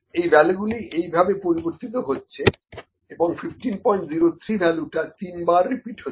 এই ভ্যালুগুলো এইভাবে পরিবর্তিত হচ্ছে এবং 1503 ভ্যালুটা 3 বার রিপিট হচ্ছে